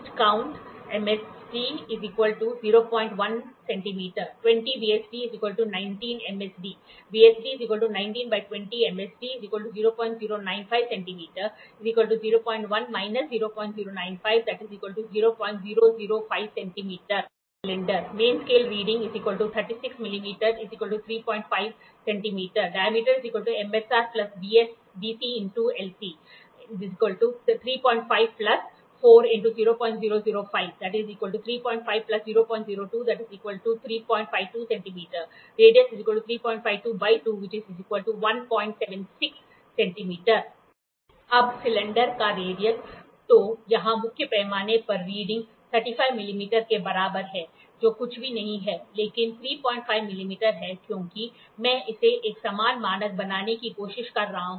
• Least Count सबसे कम गिनती MSD 01 cm 20 VSD 19 MSD VSD MSD 0095 cm • 01 - 0095 • 0005 cm • Radius of Cylinder cylinder का दायरा Main Scale Reading 36 mm 35 cm मुख्य scale reading 36 मिमी 35 सेमी Diameter MSR VC × LC diameter MSR VC × LC • 35 4 × 0005 • 35 002 • 352 cm Radius 176cm अब cylinder का radius तो यहां मुख्य पैमाने पर रीडिंग ३५ मिलीमीटर के बराबर है जो कुछ भी नहीं है लेकिन ३५ सेंटीमीटर है क्योंकि मैं इसे एक समान मानक बनाने की कोशिश कर रहा हूं